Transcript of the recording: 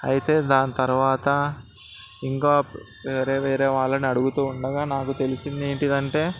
అయితే దాని తరవాత ఇంకా వేరేవేరేవాళ్ళని అడుగుతు ఉండగా నాకు తెలిసింది ఏంటిది అంటే